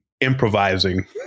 improvising